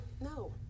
no